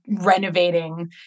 Renovating